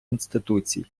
інституцій